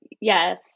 yes